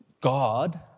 God